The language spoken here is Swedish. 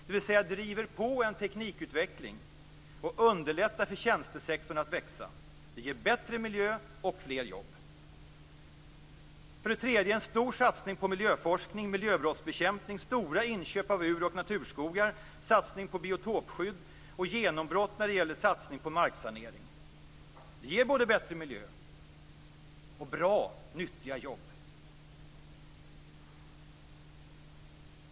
Det driver på en teknikutveckling och underlättar för tjänstesektorn att växa. Det ger bättre miljö och fler jobb. För det tredje: En stor satsning på miljöforskning, miljöbrottsbekämpning, stora inköp av ur och naturskogar, satsning på biotopskydd och genombrott när det gäller satsning på marksanering. Det ger både bättre miljö och bra, nyttiga jobb.